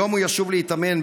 היום הוא ישוב להתאמן,